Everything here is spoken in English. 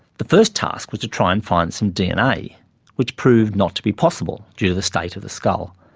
the first task was to try and find some dna which proved not to be possible due the state of the skull.